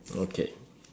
okay